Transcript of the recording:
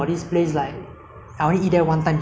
ya but today I don't know where they go already ah that was like